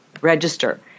register